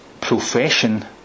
profession